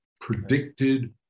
predicted